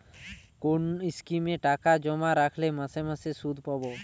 কোন স্কিমে টাকা জমা রাখলে মাসে মাসে সুদ পাব?